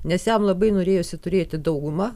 nes jam labai norėjosi turėti daugumą